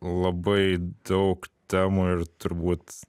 labai daug temų ir turbūt